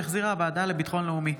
שהחזירה הוועדה לביטחון לאומי.